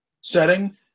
setting